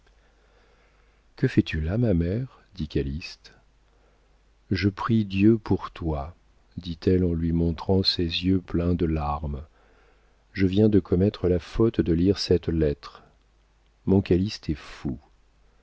que fais-tu là ma mère dit calyste je prie dieu pour toi dit-elle en lui montrant ses yeux pleins de larmes je viens de commettre la faute de lire cette lettre mon calyste est fou